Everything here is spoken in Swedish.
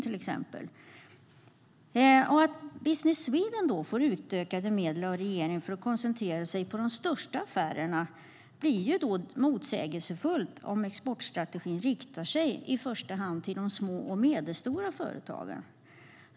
Att då Business Sweden får ökade medel av regeringen för att koncentrera sig på de största affärerna blir motsägelsefullt när exportstrategin riktar sig i första hand till de små och medelstora företagen.